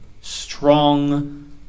strong